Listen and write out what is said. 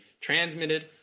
transmitted